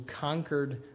conquered